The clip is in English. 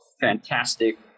fantastic